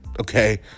Okay